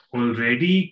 already